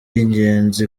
y’ingenzi